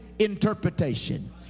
interpretation